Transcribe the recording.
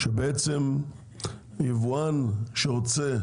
שבעצם יבואן שרוצה